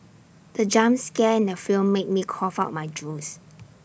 the jump scare in the film made me cough out my juice